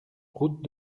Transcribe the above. route